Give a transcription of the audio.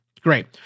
Great